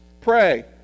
Pray